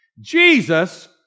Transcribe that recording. Jesus